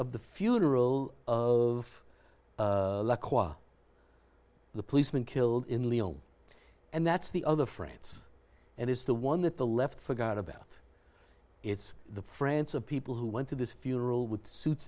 of the funeral of the policeman killed in leo and that's the other friends and it's the one that the left forgot about it's the friends of people who went to this funeral with suits